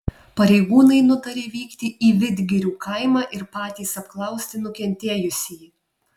pareigūnai nutarė vykti į vidgirių kaimą ir patys apklausti nukentėjusįjį